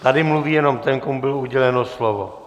Tady mluví jenom ten, komu bylo uděleno slovo.